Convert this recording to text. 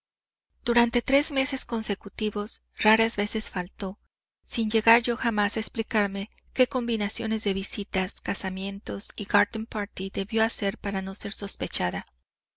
durante tres meses consecutivos raras veces faltó sin llegar yo jamás a explicarme qué combinaciones de visitas casamientos y garden party debió hacer para no ser sospechada